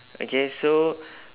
okay so